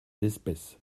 d’espèces